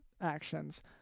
actions